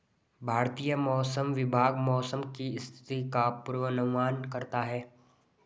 भारतीय मौसम विभाग मौसम की स्थिति का पूर्वानुमान करता है